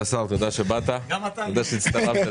אני חושב שהתפיסה הנכונה היא שילוב של